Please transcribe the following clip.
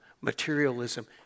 materialism